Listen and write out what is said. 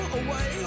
away